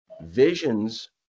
visions